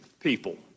people